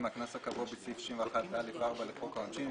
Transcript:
מהקנס הקבוע בסעיף 61(א)(4) לחוק העונשין,